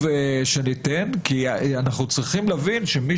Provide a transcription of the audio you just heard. כי אנחנו צריכים להבין שעומדת אידיאולוגיה